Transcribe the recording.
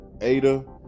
Ada